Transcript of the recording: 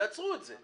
אז יעצרו את זה.